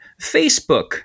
Facebook